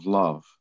love